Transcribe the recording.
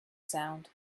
sound